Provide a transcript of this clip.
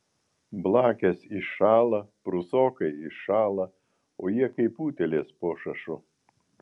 blakės iššąla prūsokai iššąla o jie kaip utėlės po šašu